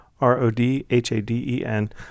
R-O-D-H-A-D-E-N